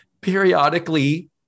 periodically